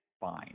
fine